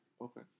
okay